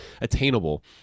attainable